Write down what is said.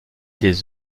des